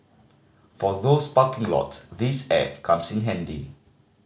for those parking lots this app comes in handy